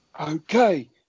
Okay